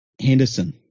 Henderson